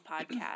podcast